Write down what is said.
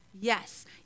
Yes